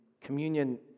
communion